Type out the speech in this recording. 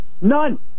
None